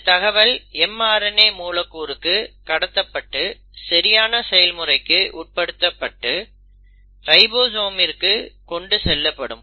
இந்த தகவல் mRNA மூலக்கூறுக்கு கடத்தப்பட்டு சரியான செயல்முறைக்கு உட்படுத்தப்பட்டு ரைபோசோமிற்கு கொண்டு செல்லப்படும்